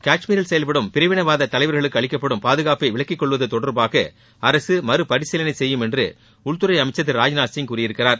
காஷ்மீரில் செயல்படும் பிரிவினைவாத தலைவர்களுக்கு அளிக்கப்படும் பாதுகாப்பை விலக்கிக் கொள்வது தொடர்பாக அரசு மறபரிசீலனை செய்யும் என்று உள்துறை அமைச்சர் திரு ராஜ்நாத் சிங் கூறியிருக்கிறார்